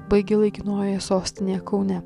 baigė laikinojoje sostinėje kaune